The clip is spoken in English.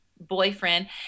boyfriend